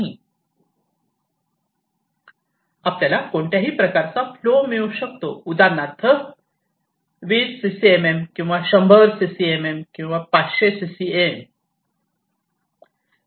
आपल्याला कोणत्याही प्रकारचा फ्लो मिळू शकतो उदाहरणार्थ 20 SCCM किंवा 100 SCCM किंवा 500 SCCM